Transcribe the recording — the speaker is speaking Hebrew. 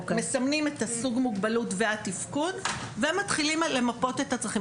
מסמנים את סוג המוגבלות והתפקוד ומתחילים למפות את הצרכים,